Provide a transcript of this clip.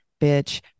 bitch